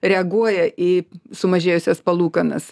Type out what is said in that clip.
reaguoja į sumažėjusias palūkanas